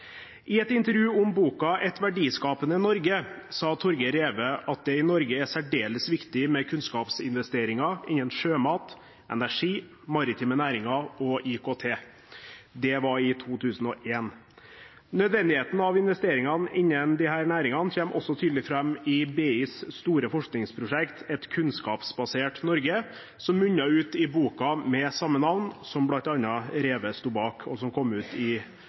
I et intervju om boken «Et verdiskapende Norge» sa Torgeir Reve at det i Norge er særdeles viktig med kunnskapsinvesteringer innen sjømat, energi, maritime næringer og IKT. Det var i 2001. Nødvendigheten av investeringene innen disse næringene kommer også tydelig fram i BIs store forskningsprosjekt «Et kunnskapsbasert Norge», som munnet ut i boken med samme navn, som bl.a. Reve sto bak, og som kom ut i